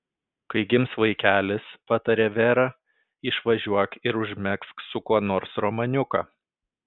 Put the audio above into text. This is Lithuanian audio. kai gims vaikelis patarė vera išvažiuok ir užmegzk su kuo nors romaniuką